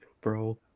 Bro